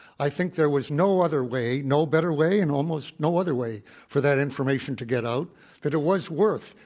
i think there was no other way no better way and almost no other way for that information to get out that it was worth,